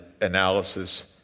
analysis